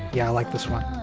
yeah, i like this one.